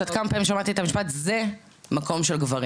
את יודעת כמה פעמים שמעתי את המשפט "זה מקום של גברים?"